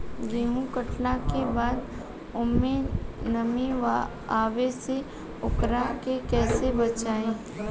गेंहू कटला के बाद ओमे नमी आवे से ओकरा के कैसे बचाई?